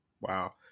Wow